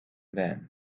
then